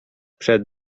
przed